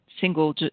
single